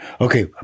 Okay